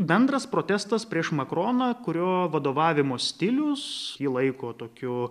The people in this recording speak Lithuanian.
bendras protestas prieš makroną kurio vadovavimo stilius jį laiko tokiu